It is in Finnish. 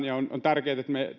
ja on on tärkeätä että me